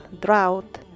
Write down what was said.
drought